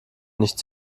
nicht